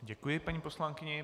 Děkuji paní poslankyni.